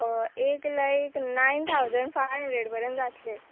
एक lakh nine thousand five hundred परेन जातलें